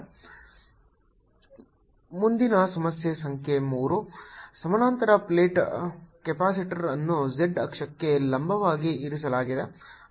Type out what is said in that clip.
PP0x D 0E PE P20D P2P P2 P2 x ಮುಂದಿನ ಸಮಸ್ಯೆ ಸಂಖ್ಯೆ 3 ಸಮಾನಾಂತರ ಪ್ಲೇಟ್ ಕೆಪಾಸಿಟರ್ ಅನ್ನು z ಅಕ್ಷಕ್ಕೆ ಲಂಬವಾಗಿ ಇರಿಸಲಾಗಿದೆ